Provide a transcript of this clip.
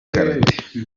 karate